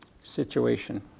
situation